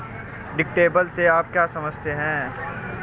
Deductible से आप क्या समझते हैं?